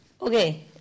Okay